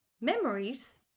Memories